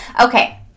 Okay